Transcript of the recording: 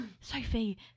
Sophie